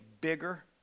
bigger